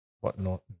whatnot